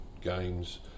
games